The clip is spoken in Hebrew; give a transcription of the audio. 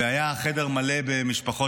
וכידוע לכם מגיעות משפחות